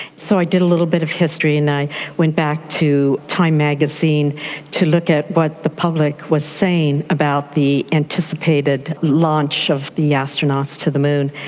so i did a little bit of history and i went back to time magazine to look at what but the public was saying about the anticipated launch of the astronauts to the moon.